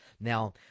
Now